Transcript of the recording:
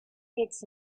its